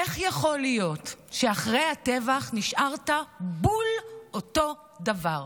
איך יכול להיות שאחרי הטבח נשארת בול אותו דבר?